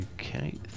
Okay